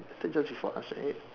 they entered just before us right